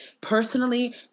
Personally